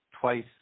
twice